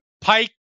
Pike